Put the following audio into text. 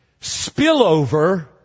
spillover